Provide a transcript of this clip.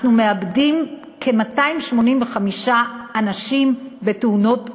אנחנו מאבדים כ-285 אנשים בתאונות דרכים,